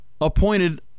appointed